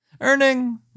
earning